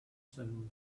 soon